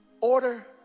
Order